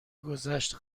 گذشت